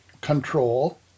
control